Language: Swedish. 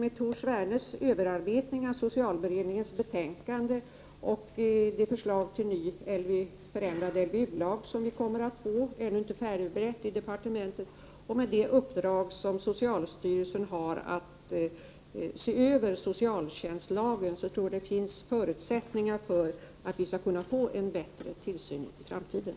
Med Tor Svernes bearbetning av socialberedningens betänkande, med det förslag till förändrad LVU-lag som vi kommer att få — förslaget är ännu inte berett i departementet — och med det uppdrag som socialstyrelsen har att se över socialtjänstlagen finns det förutsättningar för att det skall bli en bättre tillsynsverksamhet i framtiden.